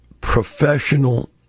professional